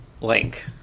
link